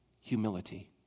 humility